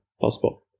possible